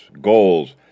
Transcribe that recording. goals